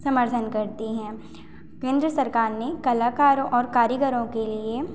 समर्थन करती हैं केंद्र सरकार ने कलाकारों और कारीगरों के लिए